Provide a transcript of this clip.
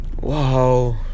Wow